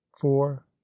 four